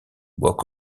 walk